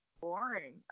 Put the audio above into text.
boring